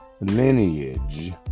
lineage